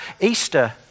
Easter